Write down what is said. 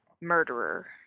murderer